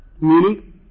Meaning